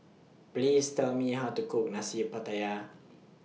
Please Tell Me How to Cook Nasi Pattaya